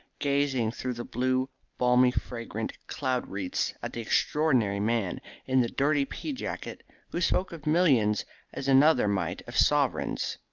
gazing through the blue balmy fragrant cloud-wreaths at the extraordinary man in the dirty pea-jacket who spoke of millions as another might of sovereigns.